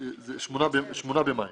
8 במאי